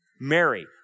Mary